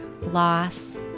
loss